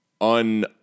un-